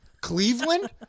Cleveland